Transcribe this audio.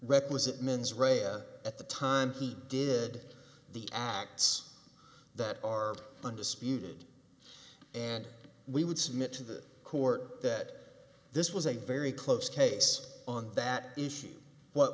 requisite mens rea at the time he did the acts that are undisputed and we would submit to the court that this was a very close case on that issue what